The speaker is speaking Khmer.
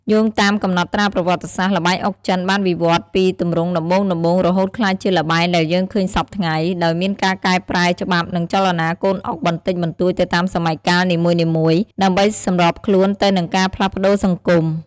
យោងតាមកំណត់ត្រាប្រវត្តិសាស្ត្រ ល្បែងអុកចិនបានវិវឌ្ឍន៍ពីទម្រង់ដំបូងៗរហូតក្លាយជាល្បែងដែលយើងឃើញសព្វថ្ងៃ ដោយមានការកែប្រែច្បាប់ និងចលនាកូនអុកបន្តិចបន្តួចទៅតាមសម័យកាលនីមួយៗ ដើម្បីសម្របខ្លួនទៅនឹងការផ្លាស់ប្តូរសង្គម។